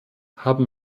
haben